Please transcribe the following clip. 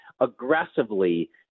aggressively